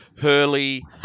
Hurley